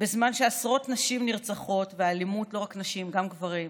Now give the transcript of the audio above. בזמן שעשרות נשים נרצחות, לא רק נשים, גם גברים,